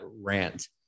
rant